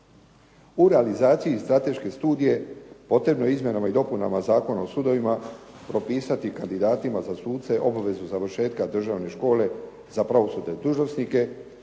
U realizaciji strateške studije, potrebno je Izmjenama i dopunama Zakona o sudovima propisati kandidatima za suce obvezu završetka državne škole za pravosudne dužnosnike